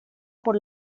por